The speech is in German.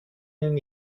ihnen